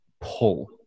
pull